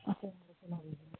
okay